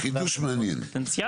חידוש מעניין.